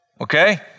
Okay